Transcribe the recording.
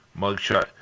mugshot